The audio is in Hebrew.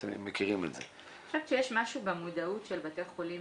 אני חושבת שיש משהו במודעות של בתי חולים